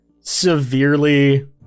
severely